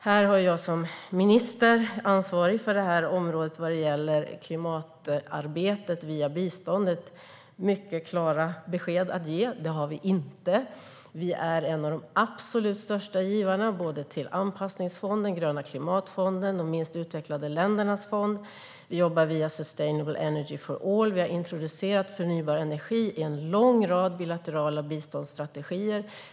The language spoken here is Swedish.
Som ansvarig minister för det här området vad gäller klimatarbetet via biståndet har jag mycket klara besked att ge: Det har vi inte. Vi är en av de absolut största givarna till Anpassningsfonden, Gröna klimatfonden och fonden för de minst utvecklade länderna. Vi jobbar via Sustainable energy for all. Vi har introducerat förnybar energi i en lång rad bilaterala biståndsstrategier.